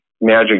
Magic